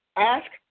Ask